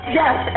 yes